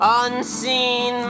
unseen